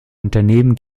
unternehmen